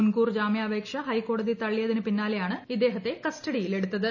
മുൻകൂർ ജാമ്യാപേക്ഷ ഹൈക്കോടതി കൃത്ളിയതിനു പിന്നാലെയാണ് ഇദ്ദേഹത്തെ കസ്റ്റഡിയിലെടുത്തു്